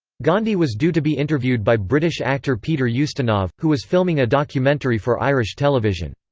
gandhi was due to be interviewed by british actor peter ustinov, who was filming a documentary for irish television.